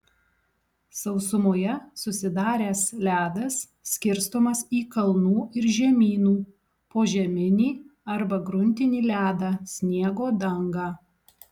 sausumoje susidaręs ledas skirstomas į kalnų ir žemynų požeminį arba gruntinį ledą sniego dangą